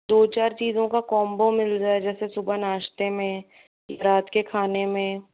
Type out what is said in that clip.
दो चार चीज़ों का कॉम्बो मिल जाएगा जैसे सुबह नाश्ते में या रात के खाने में